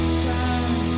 time